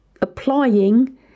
applying